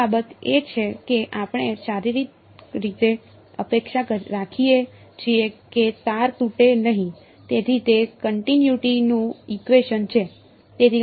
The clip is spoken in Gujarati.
બીજી બાબત એ છે કે આપણે શારીરિક રીતે અપેક્ષા રાખીએ છીએ કે તાર તૂટે નહીં તેથી તે કન્ટિનયુટી નું ઇકવેશન છે